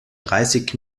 dreißig